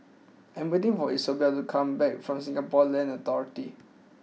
I am waiting for Isobel to come back from Singapore Land Authority